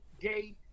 gay